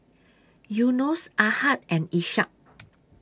Yunos Ahad and Ishak